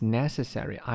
necessary